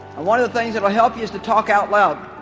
and one of the things that will help you is to talk out loud